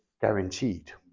guaranteed